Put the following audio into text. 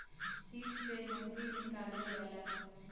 सीप से मोती निकालल जाला